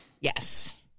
Yes